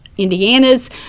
Indiana's